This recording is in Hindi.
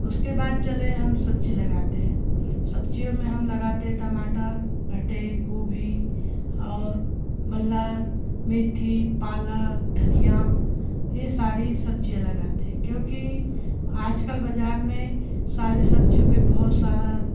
उसके बाद चले हम सब्ज़ी लगाते हैं सब्जियों में हम लगाते है टमाटर भंटे गोभी और बल्ला मेथी पालक धनिया यह सारी सब्ज़ियाँ लगाते हैं क्योंकि आज कल बाज़ार में सारी सब्ज़ियों पर बहुत सारा